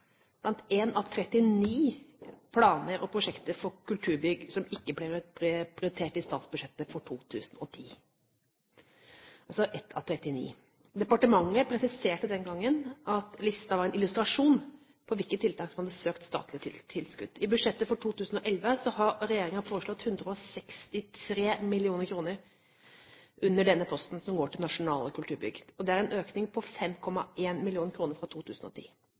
blant 39 planer og prosjekter for kulturbygg som ikke ble prioritert i statsbudsjettet for 2010 – altså som ett av 39. Departementet presiserte den gangen at listen var en illustrasjon på hvilke tiltak som hadde søkt statlige tilskudd. I budsjettet for 2011 har regjeringen foreslått 163 mill. kr under denne posten, som går til nasjonale kulturbygg. Dette er en økning på 5,1 mill. kr fra 2010. Hvert år mottar vi et stort antall søknader om tilskudd fra